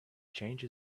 change